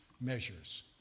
measures